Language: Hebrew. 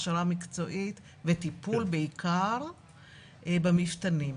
הכשרה מקצועית ובעיקר טיפול במפתנים.